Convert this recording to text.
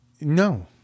No